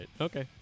Okay